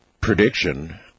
prediction